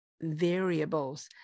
variables